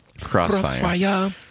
Crossfire